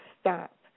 stop